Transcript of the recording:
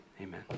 Amen